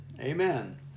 amen